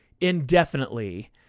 indefinitely